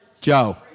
Joe